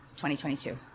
2022